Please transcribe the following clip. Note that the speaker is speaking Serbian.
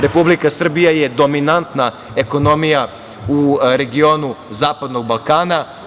Republika Srbija je dominantna ekonomija u regionu Zapadnog Balkana.